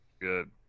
Good